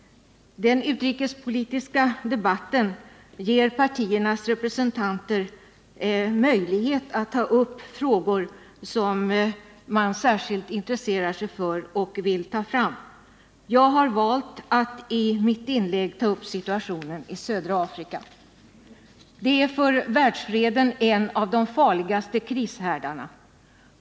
Den utrikespolitiska debatten ger partiernas representanter möjlighet att ta upp frågor som man särskilt intresserar sig för och vill ta fram. Jag har valt att i mitt inlägg ta upp situationen i södra Afrika. Det är för världsfreden en av de farligaste krishärdarna.